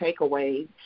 takeaways